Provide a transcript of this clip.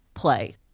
play